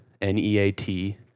N-E-A-T